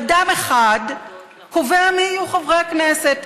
אדם אחד קובע מי יהיו חברי הכנסת.